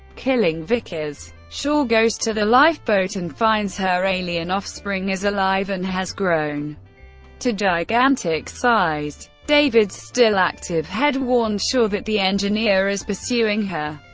killing vickers. shaw goes to the lifeboat and finds her alien offspring is alive and has grown to gigantic size. david's still-active head warns shaw that the engineer is pursuing her.